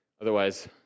otherwise